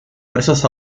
versos